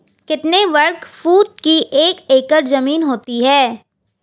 कितने वर्ग फुट की एक एकड़ ज़मीन होती है?